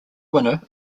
winner